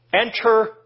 Enter